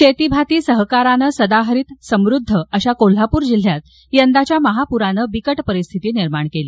शेतीभाती सहकारान सदाहरित समृद्ध अशा कोल्हापूर जिल्ह्यात यंदाच्या महापूराने बिकट परिस्थिती निर्माण केली